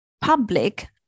public